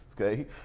okay